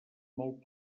molt